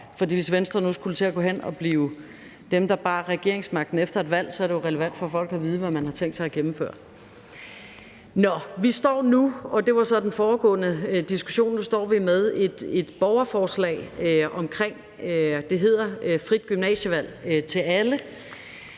hvis Venstre nu skulle gå hen og blive dem, der har regeringsmagten efter et valg, så er det jo relevant for folk at vide, hvad man har tænkt sig at gennemføre. Nå, det var så til den